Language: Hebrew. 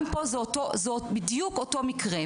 גם פה זה בדיוק אותו מקרה,